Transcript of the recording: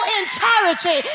entirety